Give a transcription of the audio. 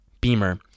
Beamer